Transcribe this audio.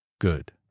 good